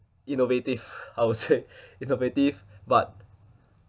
innovative I will say innovative but